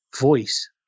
voice